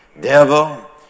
Devil